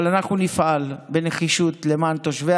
אבל אנחנו נפעל בנחישות למען תושבי